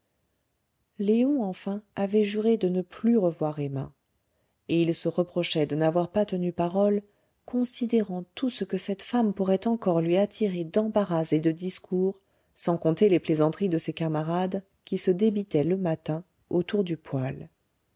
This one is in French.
léon enfin avait juré de ne plus revoir emma et il se reprochait de n'avoir pas tenu sa parole considérant tout ce que cette femme pourrait encore lui attirer d'embarras et de discours sans compter les plaisanteries de ses camarades qui se débitaient le matin autour du poêle